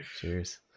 Cheers